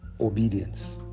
obedience